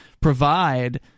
provide